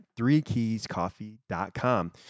threekeyscoffee.com